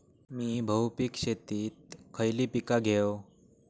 मी बहुपिक शेतीत खयली पीका घेव?